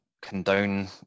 Condone